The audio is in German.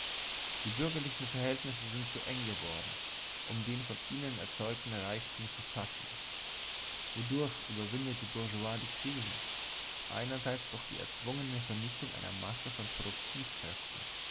die bürgerlichen verhältnisse sind zu eng geworden um den von ihnen erzeugten reichtum zu fassen wodurch überwindet die bourgeoisie die krisen einerseits durch die erzwungene vernichtung einer masse von produktivkräften